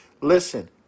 listen